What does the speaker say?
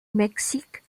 mexique